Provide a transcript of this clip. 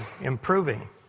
improving